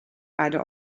beide